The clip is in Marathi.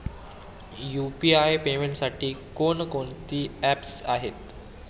यु.पी.आय पेमेंटसाठी कोणकोणती ऍप्स आहेत?